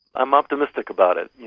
i am optimistic about it.